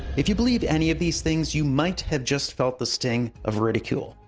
if you believe any of these things, you might have just felt the sting of ridicule.